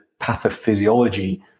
pathophysiology